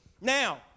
Now